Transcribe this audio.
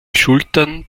schultern